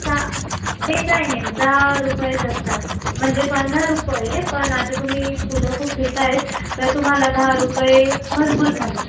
सहा ते काय नाही दहा रुपयेच असतात म्हणजे पंधरा रुपये पण आता तुम्ही फुलं खूप घेत आहात तर तुम्हाला दहा रुपये भरपूर झाले